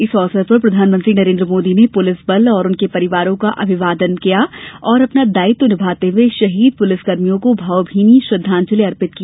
इस अवसर पर प्रधानमंत्री नरेन्द्र मोदी ने पुलिस बल और उनके परिवारों का अभिवादन किया और अपना दायित्व निभाते हुए शहीद पुलिसकर्मियों को भावभीनी श्रद्दांजलि अर्पित की